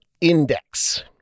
Index